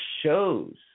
shows